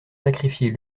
sacrifier